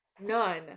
none